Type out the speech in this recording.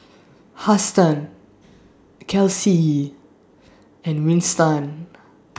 Huston Kelsea and Winston